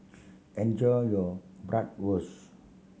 enjoy your Bratwurst